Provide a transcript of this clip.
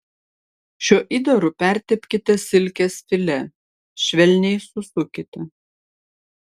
šiuo įdaru pertepkite silkės filė švelniai susukite